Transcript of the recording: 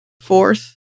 fourth